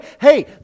hey